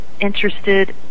interested